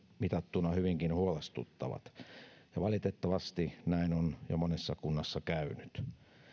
mitattuna hyvinkin huolestuttavat valitettavasti näin on jo monessa kunnassa käynyt